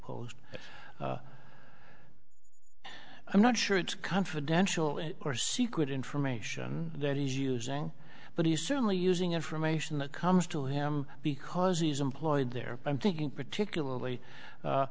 post i'm not sure it's confidential or secret information that he's using but he's certainly using information that comes to him because he's employed there i'm thinking particularly